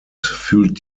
fühlt